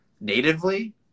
natively